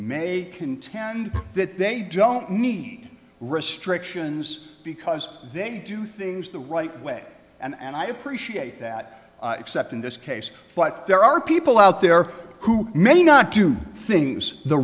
may contend that they don't need restrictions because they do things the right way and i appreciate that except in this case but there are people out there who may not do things the